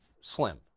slim